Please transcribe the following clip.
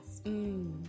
Mmm